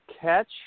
Catch